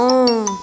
اۭں